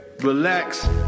relax